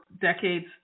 decades